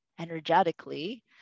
energetically